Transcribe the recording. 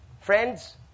friends